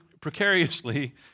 precariously